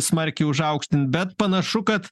smarkiai užaukštint bet panašu kad